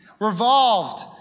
revolved